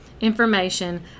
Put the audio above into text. information